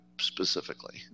specifically